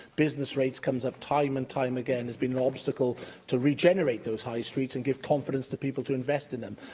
business rates come up time and time again as being an obstacle to regenerate those high streets and give confidence to people to invest in them.